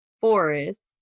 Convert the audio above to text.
forest